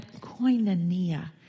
koinonia